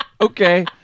Okay